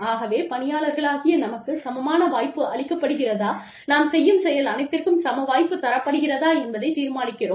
ஆகவே பணியாளர்களாகிய நமக்கு சமமான வாய்ப்பு அளிக்கப்படுகிறதா நாம் செய்யும் செயல் அனைத்திற்கும் சம வாய்ப்பு தரப்படுகிறதா என்பதைத் தீர்மானிக்கிறோம்